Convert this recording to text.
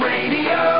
Radio